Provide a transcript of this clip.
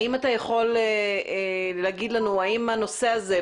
האם אתה יכול לומר מלנו האם הנושא הזה,